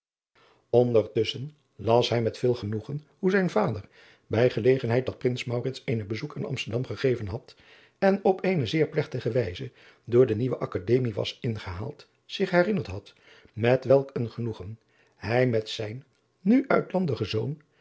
ndertusschen las hij met veel genoegen hoe zijn vader bij gelegenheid dat rins eene bezoek aan msterdam gegeven had en op eene zeer plegtige wijze door de ieuwe kademie was ingehaald zich herinnerd had met welk een genoegen hij met zijn nu